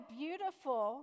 beautiful